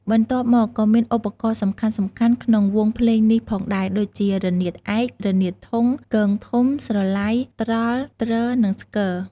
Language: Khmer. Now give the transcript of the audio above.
បន្ទាប់មក ក៏មានឧបករណ៍សំខាន់ៗក្នុងវង់ភ្លេងនេះផងដែរដូចជា រនាតឯក រនាតធុង គងធំ ស្រឡៃ ត្រល់ ទ្រ និងស្គរ។